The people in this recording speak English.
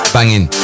Banging